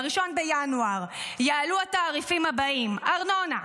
ב-1 בינואר יעלו התעריפים הבאים: ארנונה,